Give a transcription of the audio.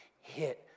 hit